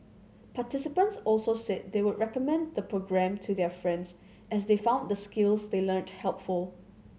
participants also said they would recommend the programme to their friends as they found the skills they learnt helpful